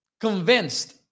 convinced